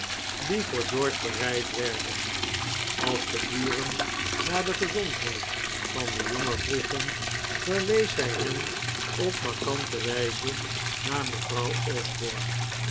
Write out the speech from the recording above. die voor george bereid werden als de buren naar de gezondheid van den jongen vroegen verwees zij hen op markante wijze naar mevrouw osborne